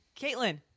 Caitlin